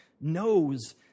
knows